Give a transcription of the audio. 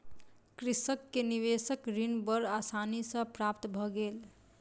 कृषक के निवेशक ऋण बड़ आसानी सॅ प्राप्त भ गेल